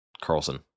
Carlson